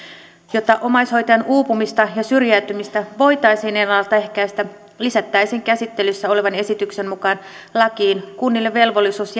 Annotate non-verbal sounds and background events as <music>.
jotta omaishoitajan uupumista ja syrjäytymistä voitaisiin ennalta ehkäistä lisättäisiin käsittelyssä olevan esityksen mukaan lakiin kunnille velvollisuus <unintelligible>